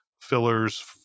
fillers